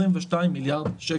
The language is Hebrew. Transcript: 22 מיליארד שקל,